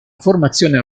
formazione